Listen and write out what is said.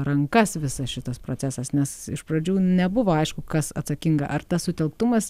rankas visas šitas procesas nes iš pradžių nebuvo aišku kas atsakinga ar tas sutelktumas